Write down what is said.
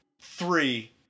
three